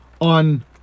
on